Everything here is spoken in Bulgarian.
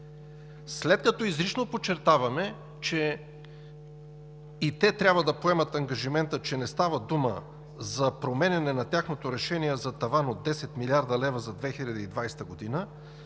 След като изрично подчертаваме, че и те трябва да поемат ангажимента, че не става дума за променяне на тяхното решение за таван от 10 млрд. лв. за 2020 г.,